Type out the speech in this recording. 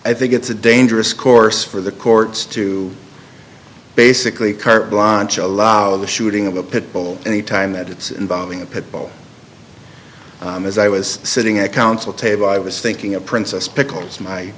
i think it's a dangerous course for the courts to basically carte blanche allow the shooting of a pit bull any time that it's involving a pit bull and as i was sitting at council table i was thinking of princess pickles my